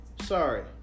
Sorry